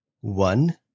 One